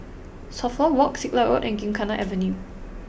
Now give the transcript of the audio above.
Suffolk Walk Siglap Road and Gymkhana Avenue